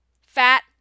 fat